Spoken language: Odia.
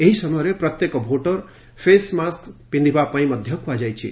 ଏହି ସମୟରେ ପ୍ରତ୍ୟେକ ଭୋଟର ଫେସ୍ ମାସ୍କ୍ ପିନ୍ଧିବା ପାଇଁ ମଧ୍ୟ କୁହାଯାଇଛି